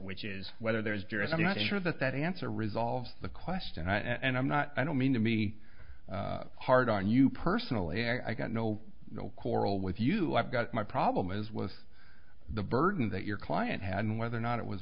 which is whether there is duress i'm not sure that that answer resolves the question and i'm not i don't mean to me hard on you personally i got no quarrel with you i've got my problem is with the burden that your client had and whether or not it was